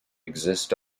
exist